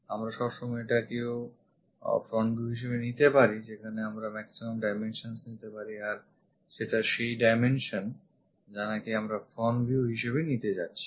আমরা সবসময় এটাকেও front view হিসেবে নিতে পারি যেখানে আমরা maximum dimensions নিতে পারি আর সেটা সেই dimension যা নাকি আমরা front view হিসেবে নিতে যাচ্ছি